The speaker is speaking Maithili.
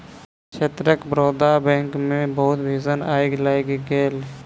क्षेत्रक बड़ौदा बैंकक मे बहुत भीषण आइग लागि गेल